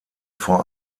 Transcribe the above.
vor